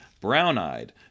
brown-eyed